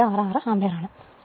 866 ampere ആണ്